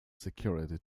security